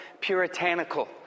puritanical